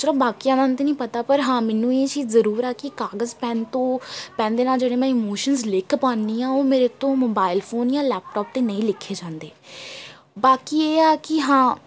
ਚਲੋ ਬਾਕੀਆਂ ਦਾ ਤਾਂ ਨਹੀਂ ਪਤਾ ਪਰ ਹਾਂ ਮੈਨੂੰ ਇਹ ਚੀਜ਼ ਜ਼ਰੂਰ ਆ ਕਿ ਕਾਗਜ਼ ਪੈੱਨ ਤੋਂ ਪੈੱਨ ਦੇ ਨਾਲ ਜਿਹੜੇ ਮੈਂ ਇਮੋਸ਼ਨ ਲਿਖ ਪਾਉਂਦੀ ਹਾਂ ਉਹ ਮੇਰੇ ਤੋਂ ਮੋਬਾਇਲ ਫੋਨ ਜਾਂ ਲੈਪਟੋਪ 'ਤੇ ਨਹੀਂ ਲਿਖੇ ਜਾਂਦੇ ਬਾਕੀ ਇਹ ਆ ਕਿ ਹਾਂ